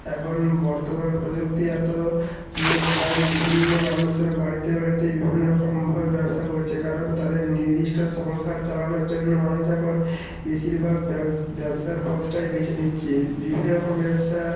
এখন বর্তমান প্রযুক্তি এতো যে প্রায় বিভিন্ন মানুষের বাড়িতে বাড়িতেই বিভিন্ন রকমভাবে ব্যবসা করছে কারণ তাদের নির্দিষ্ট সংসার চালানোর জন্য মানুষ এখন বেশিরভাগ ব্যবসার পথটাই বেছে নিচ্ছি বিভিন্ন রকম ব্যবসা